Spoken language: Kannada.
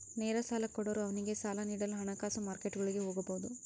ನೇರ ಸಾಲ ಕೊಡೋರು ಅವ್ನಿಗೆ ಸಾಲ ನೀಡಲು ಹಣಕಾಸು ಮಾರ್ಕೆಟ್ಗುಳಿಗೆ ಹೋಗಬೊದು